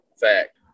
fact